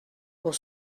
pour